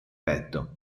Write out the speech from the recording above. petto